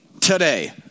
today